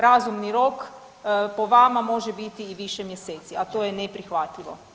Razumni rok po vama može biti i više mjeseci, a to je neprihvatljivo.